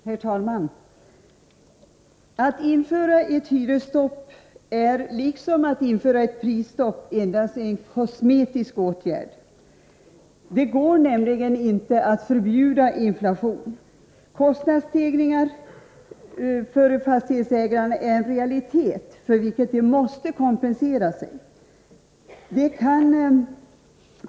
Herr talman! Att införa ett hyresstopp är, liksom att införa ett prisstopp, endast en kosmetisk åtgärd. Det går nämligen inte att förbjuda inflation. Fastighetsägarnas kostnadsstegringar är en realitet, och de måste kompensera sig för dem.